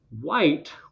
White